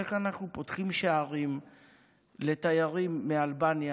איך אנחנו פותחים שערים לתיירים מאלבניה,